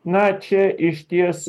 na čia išties